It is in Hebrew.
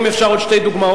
אם אפשר עוד שתי דוגמאות.